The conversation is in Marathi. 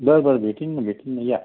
बरं बरं भेटेन ना भेटेन ना या